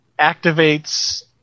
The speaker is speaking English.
activates